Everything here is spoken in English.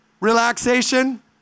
relaxation